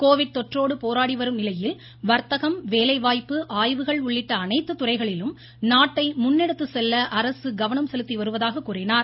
Covid தொற்றோடு போராடி வரும் நிலையில் வர்த்தகம் வேலைவாய்ப்பு ஆய்வுகள் உள்ளிட்ட அனைத்து துறைகளிலும் நாட்டை முன்னெடுத்து செல்ல அரசு கவனம் செலுத்தி வருவதாக கூறினார்